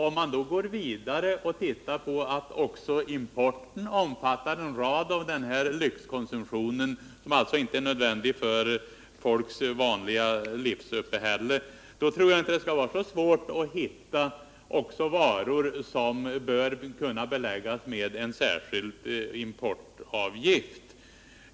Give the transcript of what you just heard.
Om man vidare ser på att också importen omfattar en stor del av den här lyxkonsumtionen, som alltså inte är nödvändig för folkets livsuppehälle, tror jag inte det skall vara så svårt att hitta varor som bör kunna beläggas med en särskild importavgift.